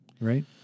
right